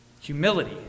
Humility